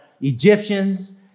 Egyptians